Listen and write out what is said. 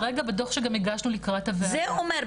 כרגע בדוח שגם הגשנו לקראת הוועדה --- זה אומר.